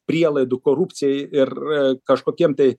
prielaidų korupcijai ir kažkokiem tai